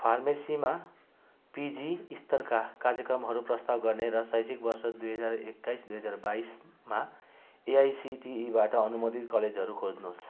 फार्मेसीमा PG स्तरका कार्यक्रमहरू प्रस्ताव गर्ने र शैक्षिक वर्ष दुई हजार एक्काइस दुई हजार बाइसमा एआइसिटिईबाट अनुमोदित कलेजहरू खोज्नुहोस्